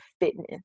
fitness